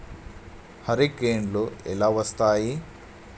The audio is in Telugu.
హరికేన్లు ఎలా వస్తాయి?